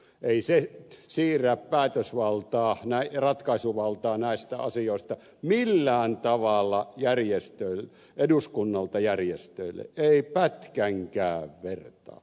ei se siirrä päätösvaltaa ja ratkaisuvaltaa näistä asioista millään tavalla eduskunnalta järjestöille ei pätkänkään vertaa